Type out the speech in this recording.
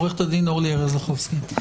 עורכת הדין אורלי ארז לחובסקי.